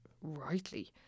rightly